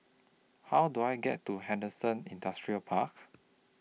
How Do I get to Henderson Industrial Park